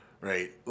Right